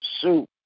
soup